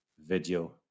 video